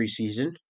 preseason